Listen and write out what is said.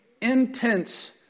intense